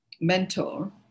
mentor